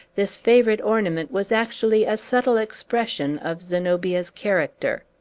this favorite ornament was actually a subtile expression of zenobia's character.